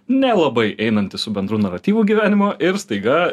nelabai einantis su bendru naratyvu gyvenimo ir staiga